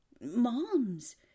Moms